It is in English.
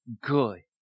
good